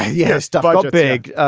yeah stuff ah like big,